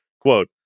Quote